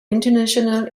intentional